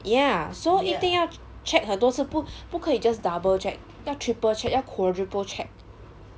ya so 一定要 check 很多次不不可以 just double check 要 triple check 要 quadruple check